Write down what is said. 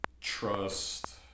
trust